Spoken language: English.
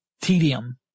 tedium